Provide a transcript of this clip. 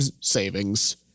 savings